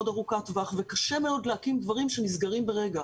ארוכת טווח וקשה מאוד להקים דברים שנסגרים ברגע.